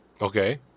Okay